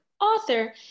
author